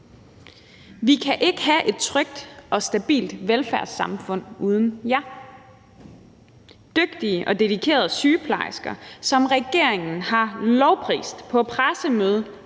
Vi kan ikke have et trygt og stabilt velfærdssamfund uden jer. Dygtige og dedikerede sygeplejersker, som regeringen har lovprist på pressemøde